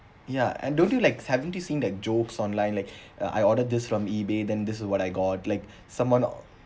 ya and don't you like having to see the jokes online like uh I ordered this from ebay then this is what I got like someone or